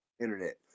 internet